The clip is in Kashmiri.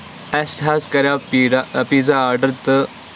اَسہِ حظ کریاو پیٖرا پیٖزا آڈر تہٕ